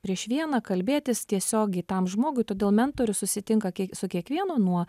prieš vieną kalbėtis tiesiogiai tam žmogui todėl mentorius susitinka kiek su kiekvienu nuo